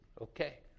Okay